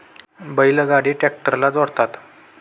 बैल गाडी ट्रॅक्टरला जोडतात